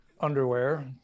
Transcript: underwear